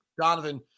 Donovan